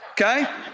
Okay